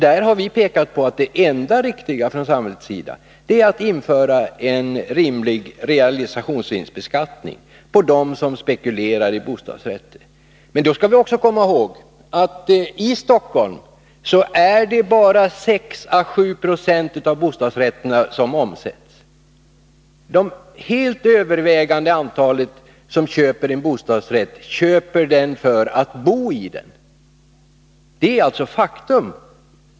Vi har där hävdat att det enda riktiga från samhällets sida är att införa en rimlig realisationsvinstbeskattning för dem som spekulerar i bostadsrätter. Men då skall vi också komma ihåg att det bara är 6 å 7 90 av bostadsrätterna i Stockholm som omsätts per år. Det helt övervägande antalet personer som köper en bostadsrättslägenhet gör det för att bo i den. Det är alltså faktum.